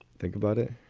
think about it.